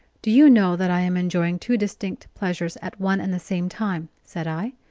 do you know that i am enjoying two distinct pleasures at one and the same time? said i.